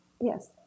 Yes